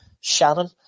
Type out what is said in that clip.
Shannon